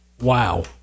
Wow